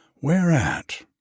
Whereat